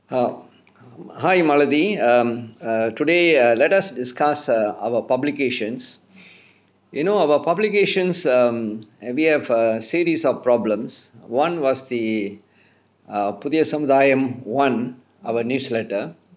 err hi malathi um err today uh let us discuss err our publications you know about publications um we have a series of problems one was the err புதிய சமுதாயம்:puthiya samuthaayam [one] our newsletter